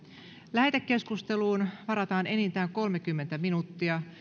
lähetekeskusteluun varataan enintään kolmekymmentä minuuttia